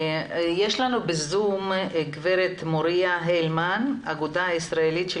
בזום נמצאת גב' מוריה הלמן מהאגודה הישראלית של